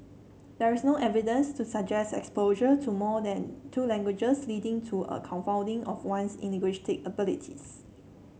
there is no evidence to suggest exposure to more than two languages leading to a confounding of one's linguistic abilities